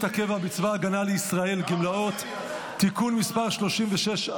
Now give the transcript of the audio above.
הקבע בצבא הגנה לישראל (גמלאות) (תיקון מס' 36),